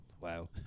Wow